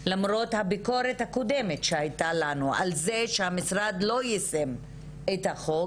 למרות הביקורת הקודמת שהייתה לנו על זה שהמשרד לא יישם את החוק.